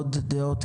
עוד דעות?